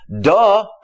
duh